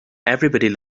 everyone